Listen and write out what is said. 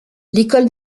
l’école